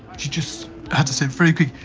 she just had to say very quickly,